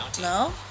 No